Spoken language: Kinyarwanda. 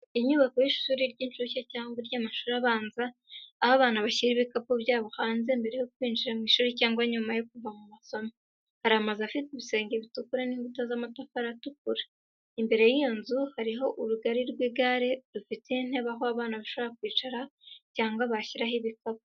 Inyubako y’ishuri ry’inshuke cyangwa iry’amashuri abanza, aho abana bashyira ibikapu byabo hanze mbere yo kwinjira mu mashuri cyangwa nyuma yo kuva mu masomo. Hari amazu afite ibisenge bitukura n'inkuta z'amatafari atukura. Imbere y’inzu hariho urugari rw’igare rufite intebe aho abana bashobora kwicara cyangwa bashyiraho ibikapu.